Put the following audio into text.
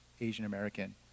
Asian-American